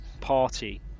party